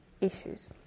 issues